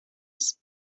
sis